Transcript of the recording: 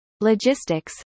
logistics